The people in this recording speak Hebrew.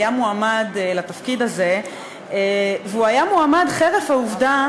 היה מועמד לתפקיד הזה חרף העובדה